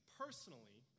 personally